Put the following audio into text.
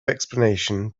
explanation